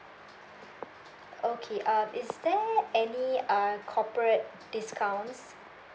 okay uh is there any uh corporate discounts